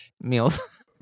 Meals